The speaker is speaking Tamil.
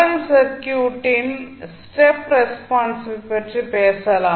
எல் சர்க்யூட்டின் ஸ்டெப் ரெஸ்பான்ஸை பற்றி பேசலாம்